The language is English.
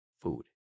food